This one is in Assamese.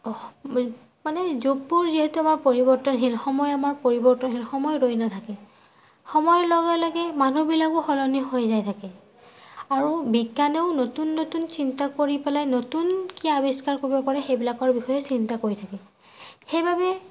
মানে যোগবোৰ যিহেতু আমাৰ পৰিৱৰ্তনশীল সময় আমাৰ পৰিৱৰ্তনশীল সময় ৰৈ নাথাকে সময়ৰ লগে লগে মানুহবিলাকো সলনি হৈ যাই থাকে আৰু বিজ্ঞানেও নতুন নতুন চিন্তা কৰি পেলাই নতুন কি আৱিষ্কাৰ কৰিব পাৰে সেইবিলাকৰ বিষয়ে চিন্তা কৰি থাকে সেইবাবে